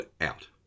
out